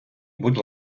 будь